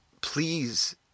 Please